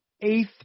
eighth